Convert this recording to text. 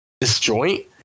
disjoint